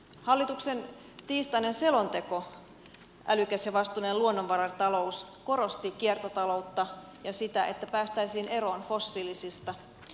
hallituksen tiistainen selonteko älykäs ja vastuullinen luonnonvaratalous korosti kiertotaloutta ja sitä että päästäisiin eroon fossiilisista